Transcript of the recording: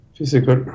Physical